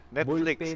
Netflix